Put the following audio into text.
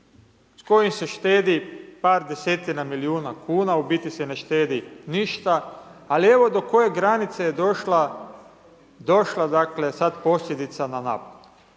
s kojim se štedi par desetina milijuna kuna, u biti se ne štedi ništa. Ali evo do koje granice je došla, došla dakle, sada posljedica na naplatu.